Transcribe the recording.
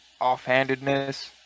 offhandedness